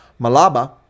Malaba